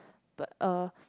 but uh